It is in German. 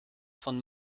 von